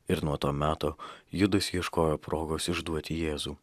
ir nuo to meto judas ieškojo progos išduoti jėzų